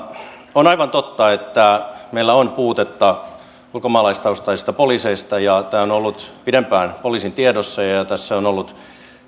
on aivan totta että meillä on puutetta ulkomaalaistaustaisista poliiseista tämä on ollut jo pidempään poliisin tiedossa ja tässä on ollut